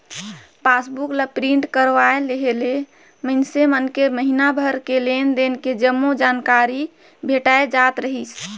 passbook ला print करवाये लेहे ले मइनसे मन के महिना भर के लेन देन के जम्मो जानकारी भेटाय जात रहीस